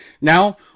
now